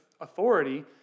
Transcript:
authority